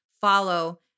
follow